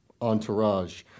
entourage